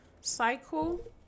cycle